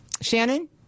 Shannon